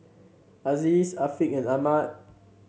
Aziz Afiq and Ahmad